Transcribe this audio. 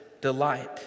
delight